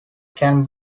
can